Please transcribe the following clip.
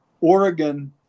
Oregon